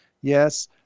Yes